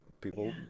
people